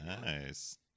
nice